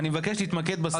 אני מבקש להתמקד בסעיף.